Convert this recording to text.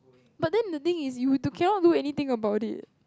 but then the thing is you do cannot do anything about it